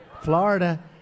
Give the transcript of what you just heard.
Florida